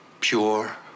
pure